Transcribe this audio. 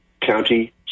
county